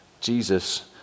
Jesus